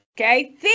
Okay